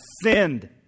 sinned